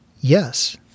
yes